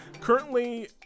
currently